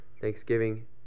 Thanksgiving